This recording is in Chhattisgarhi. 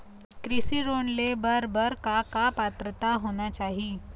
कृषि लोन ले बर बर का का पात्रता होना चाही?